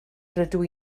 rydw